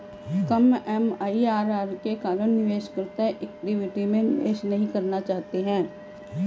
कम MIRR के कारण निवेशकर्ता इक्विटी में निवेश नहीं करना चाहते हैं